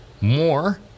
more